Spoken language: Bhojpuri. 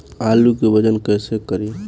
आलू के वजन कैसे करी?